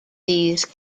these